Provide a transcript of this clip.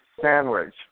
sandwich